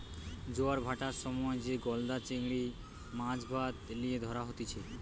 জোয়ার ভাঁটার সময় যে গলদা চিংড়ির, মাছ ফাঁদ লিয়ে ধরা হতিছে